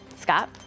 Scott